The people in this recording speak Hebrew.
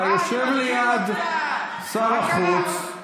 אתה יושב ליד שר החוץ.